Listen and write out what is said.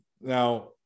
now